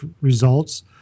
results